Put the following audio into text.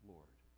Lord